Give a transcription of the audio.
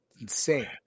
Insane